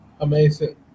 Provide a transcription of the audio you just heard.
amazing